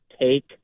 take